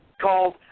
called